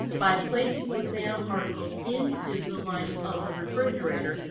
by placing those nanoparticles into the lining of the refrigerator,